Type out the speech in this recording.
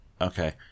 Okay